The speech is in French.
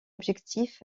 objectif